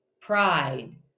pride